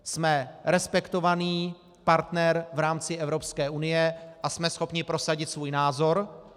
Jsme respektovaný partner v rámci Evropské unie a jsme schopni prosadit svůj názor.